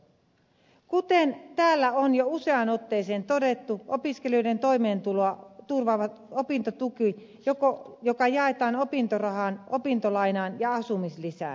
kuten täällä on jo useaan otteeseen todettu opiskelijoiden toimeentuloa turvaa opintotuki joka jaetaan opintorahaan opintolainaan ja asumislisään